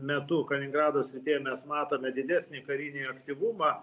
metu kaliningrado srityje mes matome didesnį karinį aktyvumą